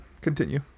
continue